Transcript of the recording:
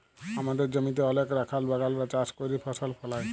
আমাদের জমিতে অলেক রাখাল বাগালরা চাষ ক্যইরে ফসল ফলায়